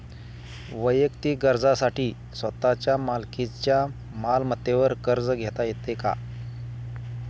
वैयक्तिक गरजांसाठी स्वतःच्या मालकीच्या मालमत्तेवर कर्ज घेता येतो का?